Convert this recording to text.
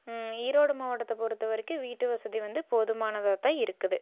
ஈரோடு மாவட்டத்தை பொறுத்த வரைக்கும் வீட்டு வசதி வந்து போதுமானதாக தான் இருக்குது